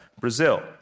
Brazil